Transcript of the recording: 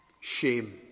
Shame